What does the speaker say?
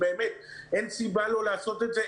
אין סיבה לא לעשות את זה,